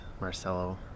Marcelo